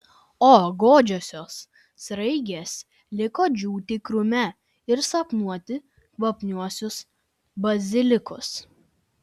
o godžiosios sraigės liko džiūti krūme ir sapnuoti kvapniuosius bazilikus